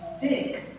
thick